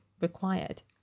required